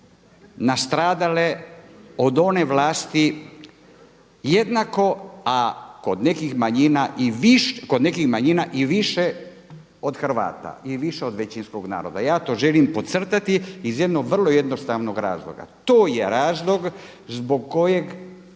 nastradale od one vlasti jednako a kod nekih manjina i više od Hrvata i više od većinskog naroda. Ja to želim podcrtati iz jednog vrlo jednostavnog razloga. To je razlog zbog kojeg